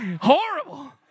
horrible